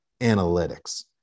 analytics